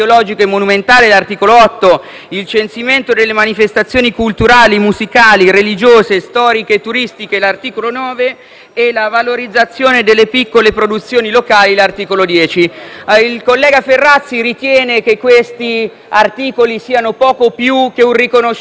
il censimento delle manifestazioni culturali, musicali, religiose, storiche e turistiche ed, infine, la valorizzazione delle piccole produzioni locali. Il collega Ferrazzi ritiene che questi articoli siano poco più che un riconoscimento formale. Non è così.